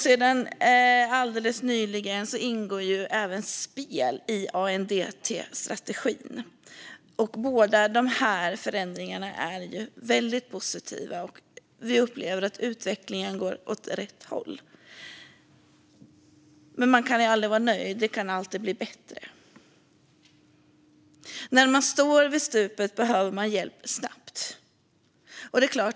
Sedan alldeles nyligen ingår även spel i ANDTS-strategin. Båda dessa förändringar är väldigt positiva, och vi upplever att utvecklingen går åt rätt håll. Men man kan aldrig vara nöjd. Det kan alltid bli bättre. När man står vid stupet behöver man hjälp snabbt.